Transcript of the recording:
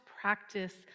practice